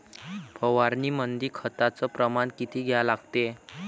फवारनीमंदी खताचं प्रमान किती घ्या लागते?